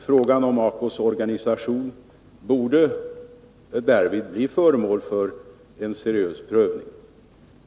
Frågan om ACO:s organisation borde därvid bli föremål för en seriös prövning.